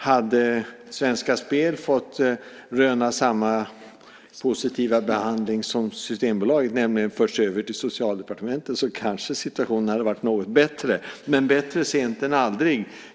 Hade Svenska Spel fått röna samma positiva behandling som Systembolaget, nämligen förts över till Socialdepartementet, så kanske situationen hade varit något bättre. Men bättre sent än aldrig!